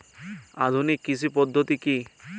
আধুনিক কৃষি পদ্ধতি কী?